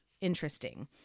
interesting